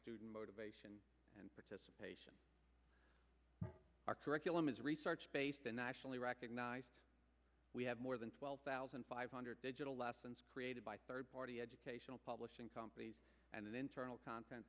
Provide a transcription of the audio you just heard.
student motivation and participation our curriculum is research based and nationally recognized we have more than twelve thousand five hundred digital lessons created by third party educational publishing companies and an internal con